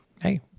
hey